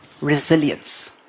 Resilience